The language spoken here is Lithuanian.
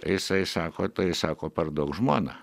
jisai sako tai sako parduok žmoną